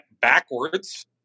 backwards